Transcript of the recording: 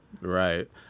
Right